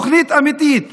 תוכנית אמיתית.